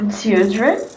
children